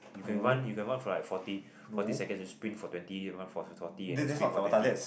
you can run you can run for like forty forty seconds then sprint for twenty forty then sprint for twenty